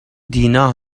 دینا